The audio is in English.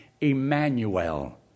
Emmanuel